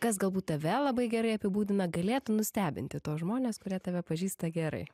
kas galbūt tave labai gerai apibūdina galėtų nustebinti tuos žmones kurie tave pažįsta gerai